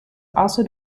also